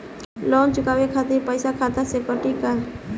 Loan चुकावे खातिर पईसा खाता से कटी का?